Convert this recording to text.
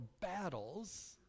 battles